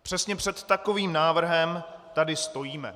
Přesně před takovým návrhem tady stojíme.